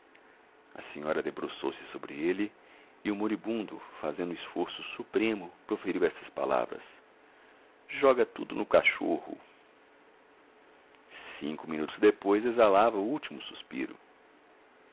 a senhora debruçou-se sobre ele e o moribundo fazendo um esforço supremo proferiu estas palavras joga tudo no cachorro cinco minutos depois exalava o último suspiro